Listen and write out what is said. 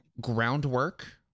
groundwork